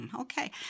okay